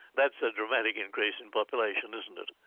that's a dramatic increase in population, isn't it?